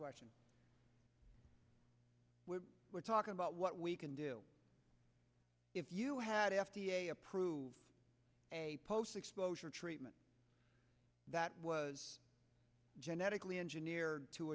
question we're talking about what we can do if you had a f d a approved post exposure treatment that was genetically engineered to